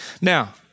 Now